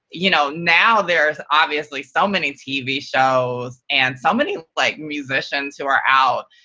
you know now there's obviously so many tv shows and so many like musicians who are out,